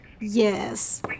yes